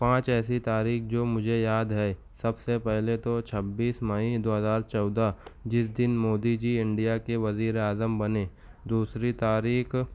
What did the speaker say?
پانچ ایسی تاریخ جو مجھے یاد ہے سب سے پہلے تو چھبیس مئی دو ہزار چودہ جس دن مودی جی انڈیا کے وزیر اعظم بنے دوسری تاریخ